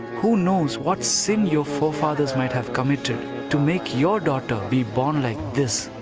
who knows what sin your forefathers might have committed to make your daughter be born like this.